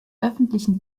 öffentlichen